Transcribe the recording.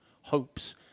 hopes